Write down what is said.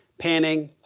panning.